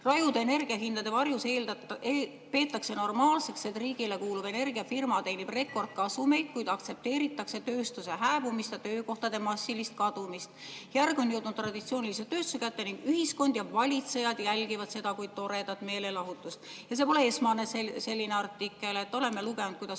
"Rajude energiahindade varjus peetakse normaalseks, et riigile kuuluv energiafirma teenib rekordkasumeid, kuid aktsepteeritakse tööstuse hääbumist ja töökohtade massilist kadumist. [...] on järg jõudnud ülejäänud traditsioonilise tööstuse kätte ning ühiskond ja valitsejad jälgivad seda kui toredat meelelahutust." Ja see pole esimene selline artikkel. Oleme lugenud, kuidas